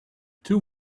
two